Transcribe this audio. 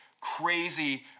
crazy